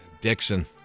Dixon